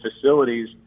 facilities